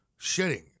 Shitting